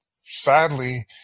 sadly